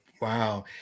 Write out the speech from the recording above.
Wow